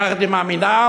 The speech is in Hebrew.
יחד עם המינהל,